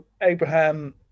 Abraham